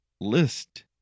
list